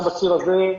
גם בציר הזה,